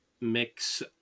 mix